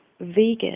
vegan